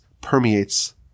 permeates